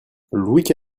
louis